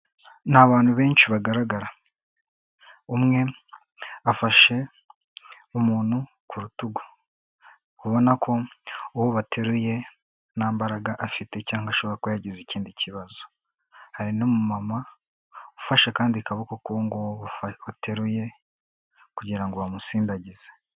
Ni abantu benshi bagaragara, umwe afashe umuntu ku rutugu, ubona ko uwo bateruye nta mbaraga afite cyangwa ashobora kuba yagize ikindi kibazo, hari n'umumama ufashe akandi kaboko k'uwo nguwo bateruye kugira ngo bamusindagize.